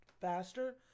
faster